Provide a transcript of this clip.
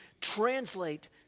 translate